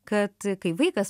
kad kai vaikas